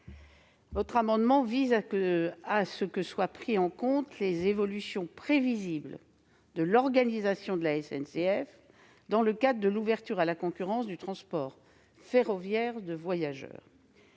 Cet amendement vise à prendre en compte les évolutions prévisibles de l'organisation de la SNCF dans le cadre de l'ouverture à la concurrence du transport ferroviaire de voyageurs.